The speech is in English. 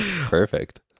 perfect